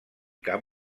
cap